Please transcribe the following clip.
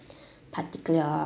particular